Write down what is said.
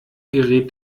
gerät